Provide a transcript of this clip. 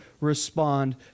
respond